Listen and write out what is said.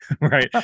right